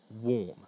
warm